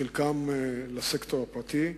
חלקם לסקטור הפרטי,